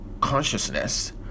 consciousness